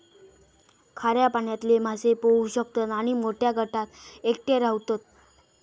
खाऱ्या पाण्यातले मासे पोहू शकतत आणि मोठ्या गटात एकटे रव्हतत